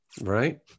Right